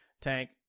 Tank